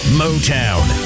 motown